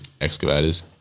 excavators